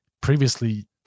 previously